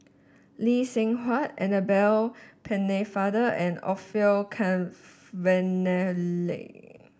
Lee Seng Huat Annabel Pennefather and Orfeur Cavenally